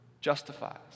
justifies